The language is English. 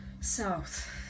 South